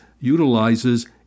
utilizes